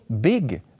big